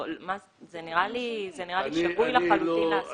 זה נראה לי שגוי לחלוטין לעשות את זה.